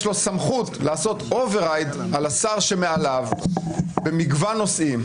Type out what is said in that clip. לו סמכות לעשות override על השר שמעליו במגוון נושאים,